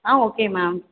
ah okay ma'am